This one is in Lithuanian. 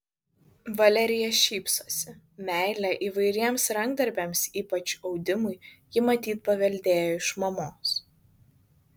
valerija šypsosi meilę įvairiems rankdarbiams ypač audimui ji matyt paveldėjo iš mamos